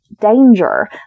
danger